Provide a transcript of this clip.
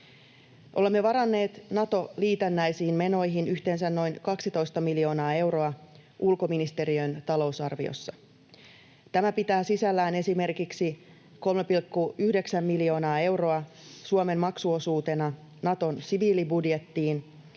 Olemme varanneet Nato-liitännäisiin menoihin yhteensä noin 12 miljoonaa euroa ulkoministeriön talousarviossa. Tämä pitää sisällään esimerkiksi 3,9 miljoonaa euroa Suomen maksuosuutena Naton siviilibudjettiin